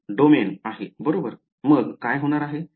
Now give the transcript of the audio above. domain आहे बरोबर मग काय होणार आहे